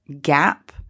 gap